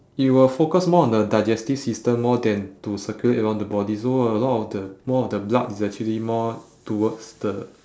it will focus more on the digestive system more than to circulate around the body so a lot of the more of the blood is actually more towards the